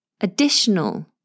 additional